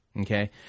okay